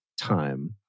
time